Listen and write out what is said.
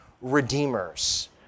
redeemers